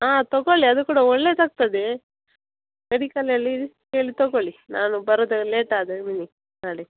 ಹಾಂ ತೊಗೊಳ್ಳಿ ಅದು ಕೂಡ ಒಳ್ಳೇದಾಗ್ತದೆ ಮೆಡಿಕಲಲ್ಲಿ ಕೇಳಿ ತೊಗೊಳ್ಳಿ ನಾನು ಬರದು ಲೇಟ್ ಆದರೆ ಹ್ಞೂ ನಾಳೆ